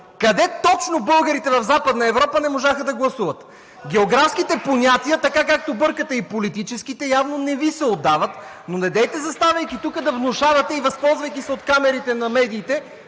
Къде точно българите в Западна Европа не можаха да гласуват? Географските понятия, така, както бъркате и политическите, явно не Ви се отдават, но недейте, заставайки тук да и възползвайки се от камерите на медиите,